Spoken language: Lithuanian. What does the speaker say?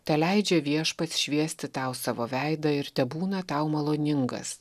teleidžia viešpats šviesti tau savo veidą ir tebūna tau maloningas